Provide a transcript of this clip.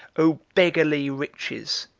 o beggarly riches!